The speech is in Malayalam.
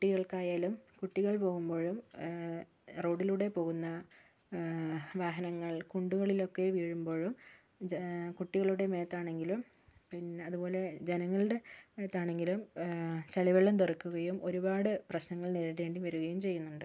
കുട്ടികൾക്കായാലും കുട്ടികൾ പോകുമ്പോഴും റോഡിലൂടെ പോകുന്ന വാഹനങ്ങൾ കുണ്ടുകളിലൊക്കെ വീഴുമ്പോഴും കുട്ടികളുടെ മേത്താണെങ്കിലും അതുപോലെ ജനങ്ങളുടെ മേത്താണെങ്കിലും ചെളിവെള്ളം തെറിക്കുകയും ഒരുപാട് പ്രശ്നങ്ങൾ നേരിടേണ്ടി വരുകയും ചെയ്യുന്നുണ്ട്